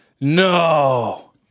No